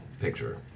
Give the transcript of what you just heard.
picture